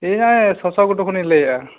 ᱤᱧ ᱱᱚᱜᱼᱚᱭ ᱥᱚᱥᱚ ᱜᱩᱴᱩ ᱠᱷᱚᱱᱟᱜ ᱤᱧ ᱞᱟᱹᱭᱮᱜᱼᱟ